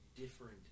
different